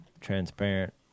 transparent